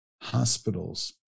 hospitals